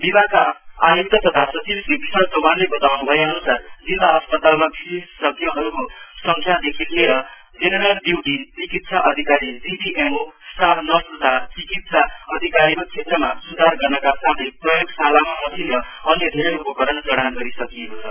विभागका आयुक्त तथा सचिव श्री विशाल चौहानले बाताउनु भए अनुसार जिल्ला अस्पतालमा विषेशज्ञहरूको संख्यादेखि लिएर जेनेरल ड्युटि चिकित्सा अधिकारी जिडिएमओ स्टाफ नर्स तथा चिकित्सा अधिकारीको क्षेत्रमा सुधार गर्नका साथै प्रयोगशालामा मशिन र अन्य धेरै उपकरण जडान गरिसकिएको छ